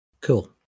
Cool